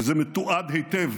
וזה מתועד היטב: